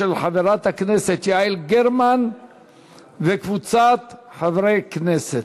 של חברת הכנסת יעל גרמן וקבוצת חברי הכנסת.